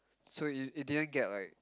so it it didn't get like